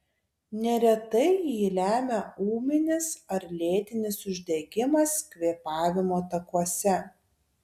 neretai jį lemia ūminis ar lėtinis uždegimas kvėpavimo takuose